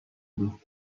بودیم